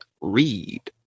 Read